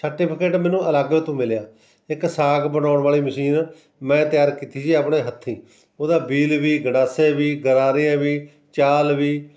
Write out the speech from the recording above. certificate ਮੈਨੂੰ ਅਲੱਗ ਤੋਂ ਮਿਲਿਆ ਇੱਕ ਸਾਗ ਬਣਾਉਣ ਵਾਲੀ ਮਸ਼ੀਨ ਮੈਂ ਤਿਆਰ ਕੀਤੀ ਸੀ ਆਪਣੇ ਹੱਥੀਂ ਉਹਦਾ ਬੀਲ ਵੀ ਗੜਾਸੇ ਵੀ ਗਰਾਰੀਆਂ ਵੀ ਚਾਲ ਵੀ